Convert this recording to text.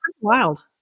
wild